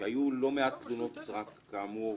שהיו לא מעט תלונות סרק כאמור,